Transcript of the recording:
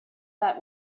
that